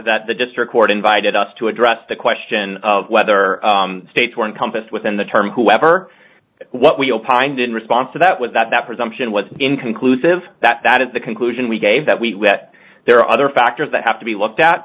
that the district court invited us to address the question of whether states were encompassed within the term whoever what we opined in response to that was that that presumption was inconclusive that that is the conclusion we gave that we there are other factors that have to be looked at